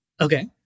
okay